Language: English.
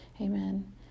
Amen